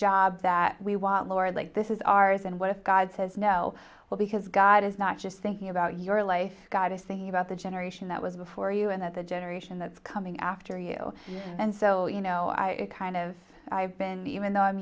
job that we want lord like this is ours and what if god says no well because god is not just thinking about your life gotta sing about the generation that was before you and that the generation that's coming after you and so you know i kind of i've been even though i'm